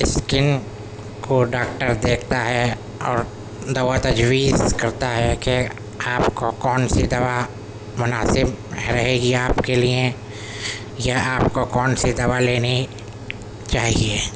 skin کو doctor دیکھتا ہے اور دوا تجویز کرتا ہے کہ آپ کو کون سی دوا مناسب رہے گی آپ کے لیے یا آپ کو کون سی دوا لینی چاہیے